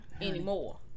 anymore